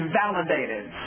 validated